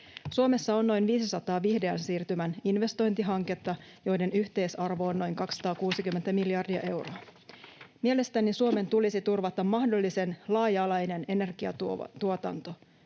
Suomessa on noin viisisataa vihreän siirtymän investointihanketta, joiden yhteisarvo on noin 260 miljardia euroa. Mielestäni Suomen tulisi turvata mahdollisen laaja-alainen energiatuotanto,